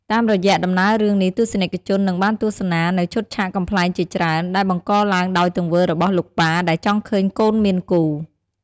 តាមរយៈដំណើររឿងនេះ ទស្សនិកជននឹងបានទស្សនានូវឈុតឆាកកំប្លែងជាច្រើន ដែលបង្កឡើងដោយទង្វើរបស់លោកប៉ាដែលចង់ឃើញកូនមានគូ។